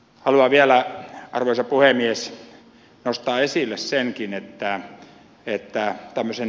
haluan vielä arvoisa puhemies nostaa esille tämmöisen hintavertailun